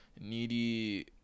needy